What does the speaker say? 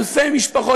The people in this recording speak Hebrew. אלפי משפחות,